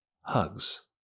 hugs